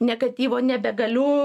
negatyvo nebegaliu